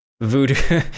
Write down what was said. voodoo